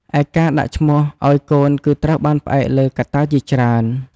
ឯការដាក់ឈ្មោះឲ្យកូនគឺត្រូវបានផ្អែកលើកត្តាជាច្រើន។